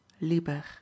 liber